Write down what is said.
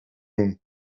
doen